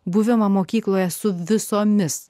buvimą mokykloje su visomis